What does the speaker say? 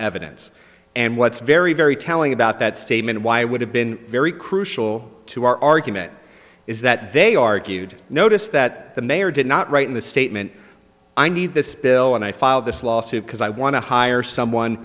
evidence and what's very very telling about that statement why would have been very crucial to our argument is that they argued notice that the mayor did not write in the statement i need this bill and i filed this lawsuit because i want to hire someone